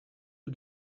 you